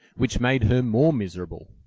which made her more miserable.